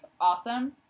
awesome